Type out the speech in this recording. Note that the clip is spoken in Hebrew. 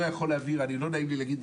אם הוא לא יכול להעביר לא נעים לי להגיד,